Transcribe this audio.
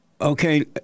Okay